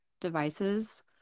devices